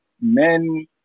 men